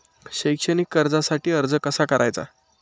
शैक्षणिक कर्जासाठी अर्ज कसा करायचा?